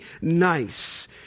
nice